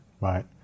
Right